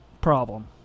problem